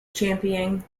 championing